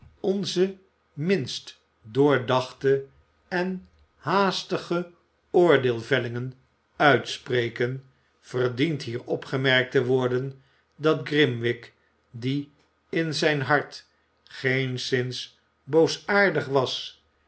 onze minst doordachte en haastige oordeelvellingen uitspreken verdient hier opgemerkt te worden dat orimwig die in zijn hart geenszins boosaardig was